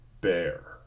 bear